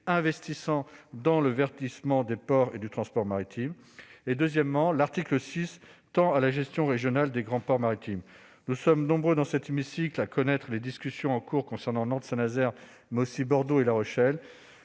investissant dans le verdissement des ports et du transport maritime. Deuxièmement, je veux insister sur l'article 6, qui tend à la régionalisation de la gestion des grands ports maritimes. Nous sommes nombreux dans cet hémicycle à connaître les discussions en cours concernant Nantes-Saint-Nazaire, mais aussi Bordeaux et La Rochelle.